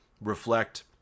reflect